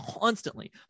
constantly